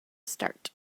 start